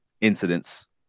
incidents